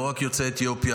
לא רק יוצאי אתיופיה.